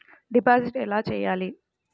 Deposit ఎలా చెయ్యాలి?